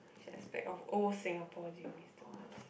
which aspect of old Singapore did you miss the most